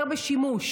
בשימוש.